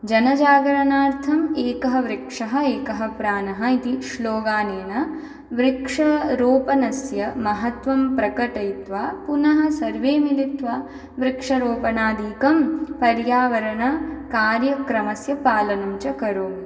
जनजागरणार्थम् एकः वृक्षः एकः प्राणः इति श्लोगानेन वृक्षरोपणस्य महत्वं प्रकटयित्वा पुनः सर्वे मिलित्वा वृक्षरोपणदिकं पर्यावरणकार्यक्रमस्य पालनं च करोमि